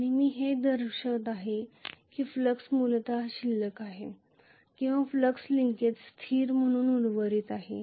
आणि मी हे दर्शवित आहे की फ्लक्स मूलतः शिल्लक आहे किंवा फ्लक्स लिंकेज स्थिर म्हणून उर्वरित आहे